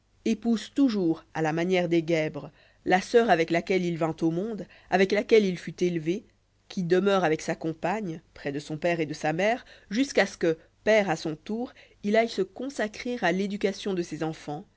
épouse toujours à la manière des guèbres la soeur avec laquelle il vint au monde avec laquelle il fut élevé qui demeure avec sa compagne jprès de son père et de sa mère jusqu'à ce que père à son tour il aille se consacrer à l'éducation de ses enfants